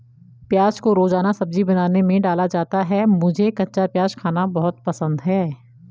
प्याज को रोजाना सब्जी बनाने में डाला जाता है मुझे कच्चा प्याज खाना बहुत पसंद है